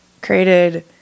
created